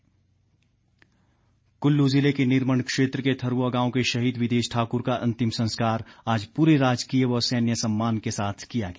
अंतिम संस्कार कुल्लू जिले के निरमंड क्षेत्र के थरूवा गांव के शहीद विदेश ठाकुर का अंतिम संस्कार आज पूरे राजकीय व सैन्य सम्मान के साथ किया गया